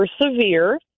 persevere